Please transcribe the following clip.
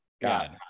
God